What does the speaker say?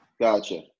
gotcha